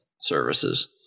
services